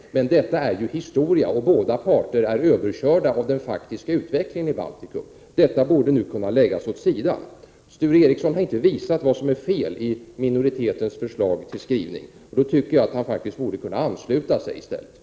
Men det är ju historia, och båda parter är överkörda av den faktiska utvecklingen i Baltikum. Detta borde kunna läggas åt sidan nu. Sture Ericson har inte visat vad som är fel i minoritetens förslag till skrivning, och då tycker jag att han i stället borde kunna ansluta sig till den.